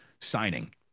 signing